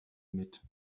mit